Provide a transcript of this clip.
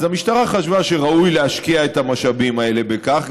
אז המשטרה חשבה שראוי להשקיע את המשאבים האלה בכך.